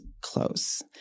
close